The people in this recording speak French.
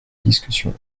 discussion